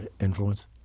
influence